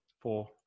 Four